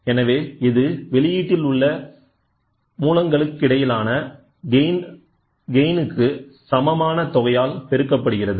எனவேஇது வெளியீட்டில் உள்ள மூலங்களுக்கிடையிலான கெயின் க்கு சமமான தொகையால் பெருக்கப்படுகிறது